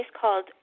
called